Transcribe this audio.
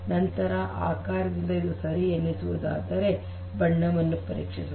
ಇದರ ಆಕಾರದಿಂದ ಇದು ಸರಿ ಎನ್ನಿಸುವುದಾದರೆ ಸರಿ ನಂತರ ಬಣ್ಣವನ್ನು ಪರೀಕ್ಷಿಸೋಣ